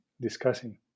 discussing